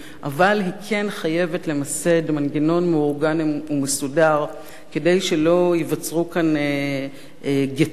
אבל היא כן חייבת למסד מנגנון מאורגן ומסודר כדי שלא ייווצרו כאן גטאות,